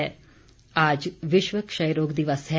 क्षय रोग आज विश्व क्षय रोग दिवस है